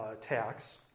tax